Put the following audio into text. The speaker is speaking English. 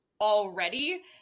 already